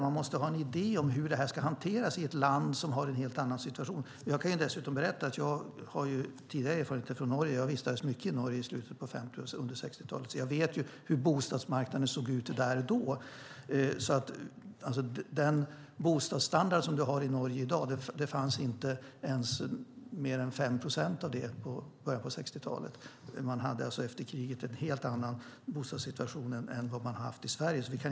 Man måste ha en idé om hur dessa frågor ska hanteras i ett land som befinner sig i en helt annan situation. Jag har tidigare erfarenheter från Norge. Jag vistades mycket i Norge i slutet av 50-talet och under 60-talet. Jag vet hur bostadsmarknaden såg ut där då. Dagens bostadsstandard i Norge fanns enbart i 5 procent av bostadsbeståndet i början av 60-talet. Man hade efter kriget en helt annan bostadssituation än i Sverige.